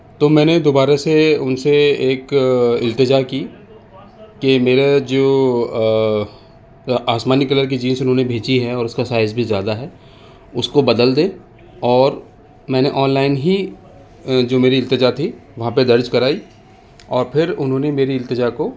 تو میں نے دوبارہ سے ان سے ایک التجا کی کہ میرا جو آسمانی کلر کی جینس انہوں نے بھیجی ہے اور اس کا سائز بھی زیادہ ہے اس کو بدل دیں اور میں نے آن لائن ہی جو میری التجا تھی وہاں پہ درج کرائی اور پھر انہوں نے میری التجا کو